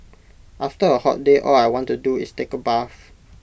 after A hot day all I want to do is take A bath